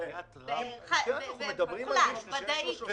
בחיאת ראבכ --- אנחנו מדברים על שלושה